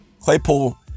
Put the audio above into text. Claypool